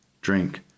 drink